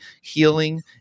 healing